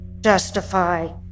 justify